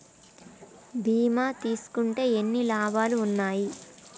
బీమా తీసుకుంటే ఎన్ని లాభాలు ఉన్నాయి?